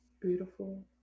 Beautiful